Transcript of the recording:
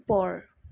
ওপৰ